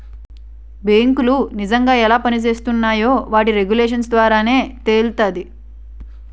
బేంకులు నిజంగా ఎలా పనిజేత్తున్నాయో వాటి రెగ్యులేషన్స్ ద్వారానే తెలుత్తాది